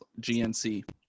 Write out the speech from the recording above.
GNC